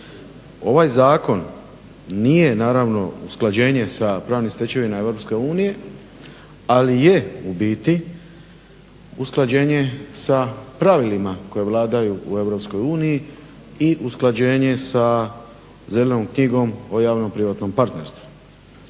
Ovaj zakon nije naravno usklađenje sa pravnim stečevinama Europske unije, ali je ubiti usklađenje sa pravilima koja vladaju u Europskoj uniji i usklađenje sa zelenom knjigom o javno-privatnom partnerstvu.